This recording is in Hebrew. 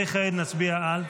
וכעת נצביע על?